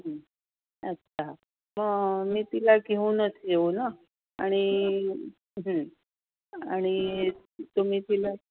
अच्छा मग मी तिला घेऊनच येऊ नं आणि आणि तुम्ही तिला